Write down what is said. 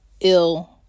ill